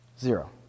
Zero